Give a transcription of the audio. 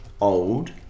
old